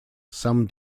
some